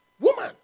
Woman